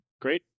Great